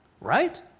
Right